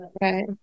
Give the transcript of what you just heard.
right